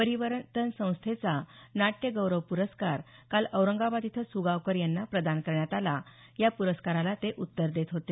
परिवर्तन संस्थेचा नाट्य गौरव प्रस्कार काल औरंगाबाद इथं सुगावकर यांना प्रदान करण्यात आला या पुरस्काराला ते उत्तर देत होते